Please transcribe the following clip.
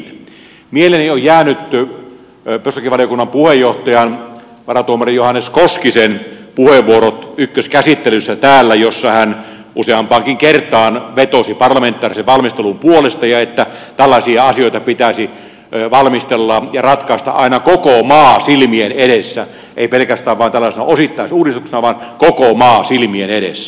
mieleeni ovat jääneet perustuslakivaliokunnan puheenjohtaja varatuomari johannes koskisen puheenvuorot ykköskäsittelyssä täällä jossa hän useampaankin kertaan vetosi parlamentaarisen valmistelun puolesta ja sen puolesta että tällaisia asioita pitäisi valmistella ja ratkaista aina koko maa silmien edessä ei pelkästään tällaisena osittaisuudistuksena vaan koko maa silmien edessä